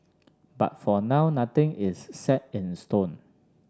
but for now nothing is set in stone